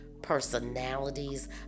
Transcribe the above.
personalities